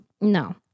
no